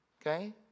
Okay